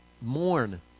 mourn